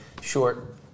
short